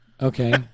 Okay